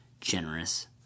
generous